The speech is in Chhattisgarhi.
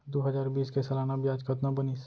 दू हजार बीस के सालाना ब्याज कतना बनिस?